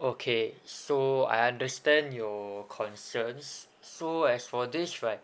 okay so I understand your concerns so as for this right